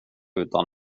utan